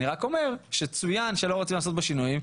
אני רק אומר שצוין שלא רוצים לעשות בו שינויים,